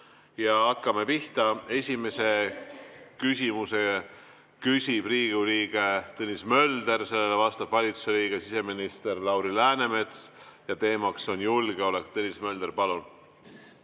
Ja hakkame pihta. Esimese küsimuse küsib Riigikogu liige Tõnis Mölder, sellele vastab valitsuse liige, siseminister Lauri Läänemets ja teema on julgeolek. Tõnis Mölder, palun!